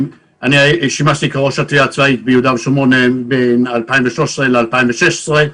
אני שימשתי ראש התביעה הצבאית ביהודה ושומרון בין 2013 ל-2016.